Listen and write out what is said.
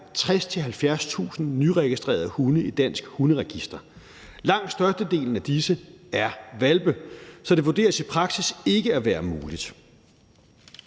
60.000-70.000 nyregistrerede hunde i Dansk Hunderegister. Langt størstedelen af disse er hvalpe, så det vurderes i praksis ikke at være muligt.